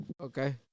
okay